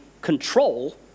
control